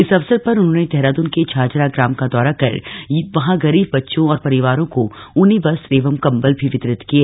इस अवसर पर उन्होंने देहरादून के झाझरा ग्राम का दौरा कर वहां गरीब बच्चों और परिवारों को ऊनी वस्त्र एवं कम्बल भी वितरित किये